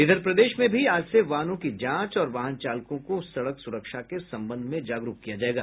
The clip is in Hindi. इधर प्रदेश में भी आज से वाहनों की जांच और वाहन चालकों को सड़क सुरक्षा के संबंध में जागरूक किया जायेगा